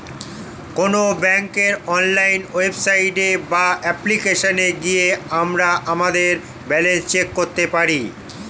কোনো ব্যাঙ্কের online website বা অ্যাপ্লিকেশনে গিয়ে আমরা আমাদের ব্যালেন্স চেক করতে পারি